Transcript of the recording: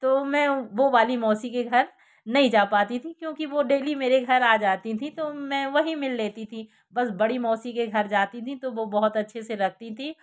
तो मैं वो वाली मौसी के घर नहीं जा पाती थी क्योंकि वो डेली मेरे घर आ जाती थी तो मैं वहीं मिल लेती थी बस बड़ी मौसी के घर जाती थी तो वो बहुत अच्छे से रखती थी